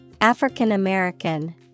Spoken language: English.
African-American